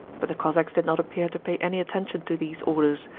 but the cossacks did not appear to pay any attention to these orders,